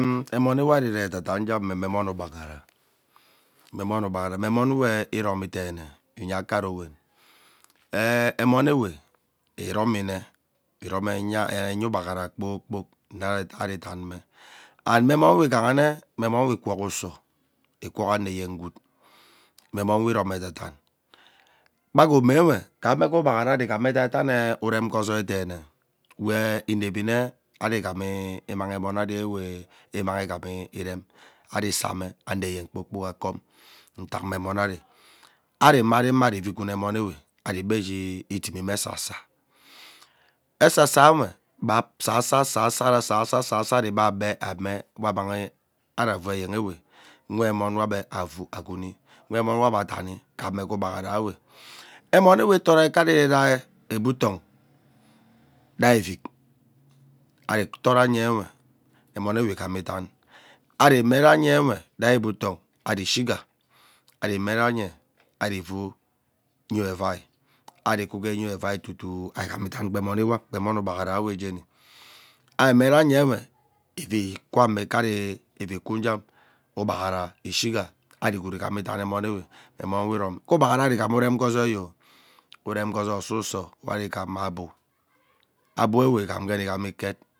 Mmon ewame ari eree ghee dadan nghe me memon ugbaghara, me emon ugbaghara me emonwe iromi deene iyee akari awowen ee emon ewee iromine iromi ee enya ugbaghara kpoor kpok mme ari danme and me enwon we ukui uso ikuk ano eyen gwood me emon we iromi edadan kpa gee omo we ghan me gee ugbaghara ari igham edaidanee urem gee ozoi deene wee iwevi mme an ghami mmang emon ari ewe ighami irem ari isaa ano eyen kpoor kpok akom ntak me emon ari. Ari marimari ivun guruni emon ewe aribe ishi idemime esasa, esasanwe be asaso asasoa sasoas. Sasosa be agbe amee mma amunanghi ari avuu ano eyen ewee mme emon we abe avuu agwuni nwe emon we ebe dani ghamme gee ugbaghara ewee Emon ewee torei ike ari re ebutong dai evik aai torenyewe emon ewee ighama idan ari mmeranyewe rai ebuton ari ishiga ari mme ranye ari ivuu nyo evai ari kwuu nyo evai tutuoo ighama dan kpe emon ewan kpa emon ugbagharawe jeni imeranyewe ivwu kwume ikeari ivi ikuuu igham ugbaghara ishigha ari gwood ighama dan emon we memon we iromi ke ugbaghara ari igham urem ghee ozoi ooh urem ghee ozoi ususo we ari gham mme Abu abuwe ighem